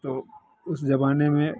तो उस ज़माने में